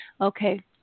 Okay